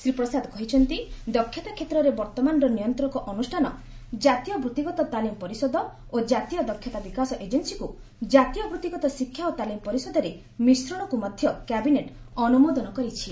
ଶ୍ରୀ ପ୍ରସାଦ କହିଛନ୍ତି ଦକ୍ଷତା କ୍ଷେତ୍ରର ବର୍ତ୍ତମାନର ନିୟନ୍ତକ ଅନୁଷ୍ଠାନ କାତୀୟ ବୃତ୍ତିଗତ ତାଲିମ ପରିଷଦ ଓ ଜାତୀୟ ଦକ୍ଷତା ବିକାଶ ଏଜେନ୍ସିକୁ ଜାତୀୟ ବୃତ୍ତିଗତ ଶିକ୍ଷା ଓ ତାଲିମ ପରିଷଦରେ ମିଶ୍ରଣକ୍ତ ମଧ୍ୟ କ୍ୟାବିନେଟ ଅନ୍ତ୍ରମୋଦନ କରିଛି